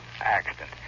accident